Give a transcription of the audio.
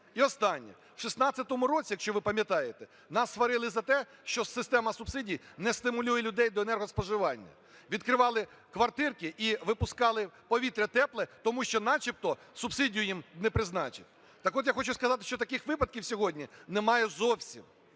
І останнє. В 16-му році, якщо ви пам'ятаєте, нас сварили за те, що система субсидій не стимулює людей до енергоспоживання. Відкривали кватирки і випускали повітря тепле, тому що начебто субсидію їм не призначили. Так от, я хочу сказати, що таких випадків сьогодні немає зовсім,